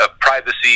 privacy